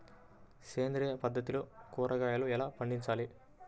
సేంద్రియ పద్ధతిలో కూరగాయలు ఎలా పండించాలి?